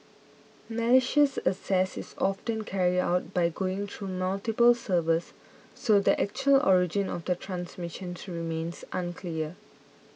malicious access is often carried out by going through multiple servers so the actual origin of the transmission remains unclear